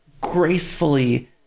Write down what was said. gracefully